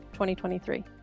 2023